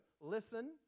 listen